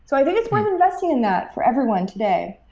so i think worth investing in that for everyone today.